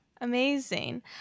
Amazing